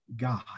God